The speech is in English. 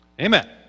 Amen